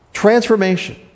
transformation